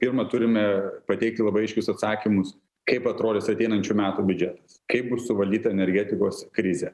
pirma turime pateikti labai aiškius atsakymus kaip atrodys ateinančių metų biudžetas kaip bus suvaldyta energetikos krizė